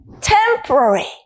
temporary